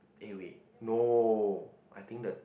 eh wait no I think the